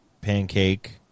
pancake